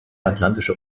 atlantische